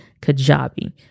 Kajabi